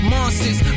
Monsters